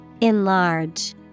Enlarge